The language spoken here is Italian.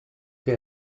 che